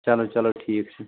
چلو چلو ٹھیٖک چھُ